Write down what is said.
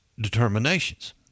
determinations